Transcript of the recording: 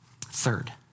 Third